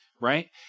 right